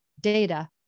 data